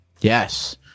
Yes